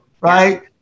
right